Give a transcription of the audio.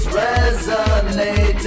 resonating